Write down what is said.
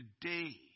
today